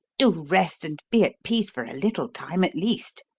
do rest and be at peace for a little time at least.